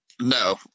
no